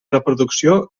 reproducció